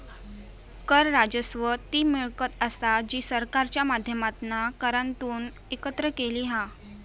कर राजस्व ती मिळकत असा जी सरकारच्या माध्यमातना करांतून एकत्र केलेली हा